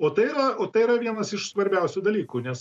o tai yra o tai yra vienas iš svarbiausių dalykų nes